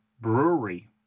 Brewery